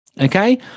okay